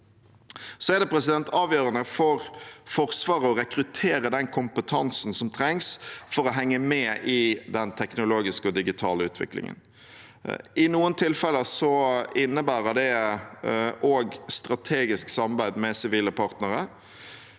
Det er avgjørende for Forsvaret å rekruttere den kompetansen som trengs for å henge med i den teknologiske og digitale utviklingen. I noen tilfeller innebærer det også strategisk samarbeid med sivile partnere.